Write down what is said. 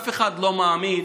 אף אחד לא מאמין,